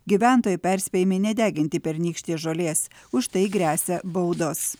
gyventojai perspėjami nedeginti pernykštės žolės už tai gresia baudos